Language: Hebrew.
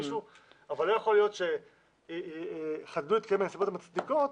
אבל לא יכול להיות שחדלו להתקיים הנסיבות המצדיקות,